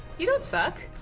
you don't suck.